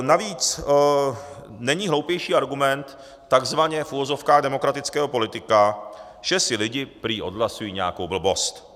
Navíc není hloupější argument takzvaně v uvozovkách demokratického politika, že si lidi prý odhlasují nějakou blbost.